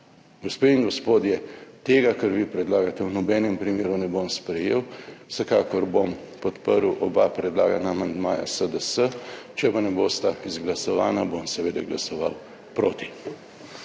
Gospe in gospodje, tega, kar vi predlagate, v nobenem primeru ne bom sprejel. Vsekakor bom podprl oba predlagana amandmaja SDS. Če pa ne bosta izglasovana, bom seveda glasoval proti.